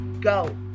go